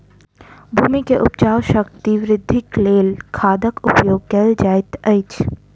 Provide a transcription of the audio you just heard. भूमि के उपजाऊ शक्ति वृद्धिक लेल खादक उपयोग कयल जाइत अछि